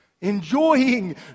Enjoying